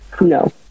No